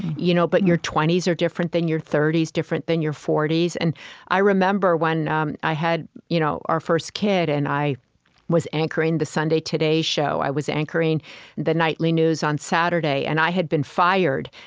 you know but your twenty s are different than your thirty s, different than your forty s. and i remember, when um i had you know our first kid, and i was anchoring the sunday today show. i was anchoring the nightly news on saturday. and i had been fired,